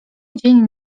dzień